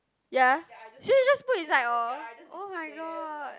ya so you just put inside orh oh-my-god